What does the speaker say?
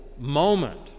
moment